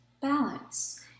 balance